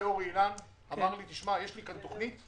אין לה מגיש, אין מי שחותם על התוכנית כמגיש.